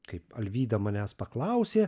kaip alvyda manęs paklausė